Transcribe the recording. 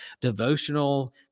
devotional